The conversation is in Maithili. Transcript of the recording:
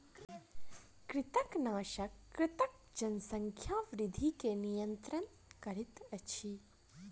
कृंतकनाशक कृंतकक जनसंख्या वृद्धि के नियंत्रित करैत अछि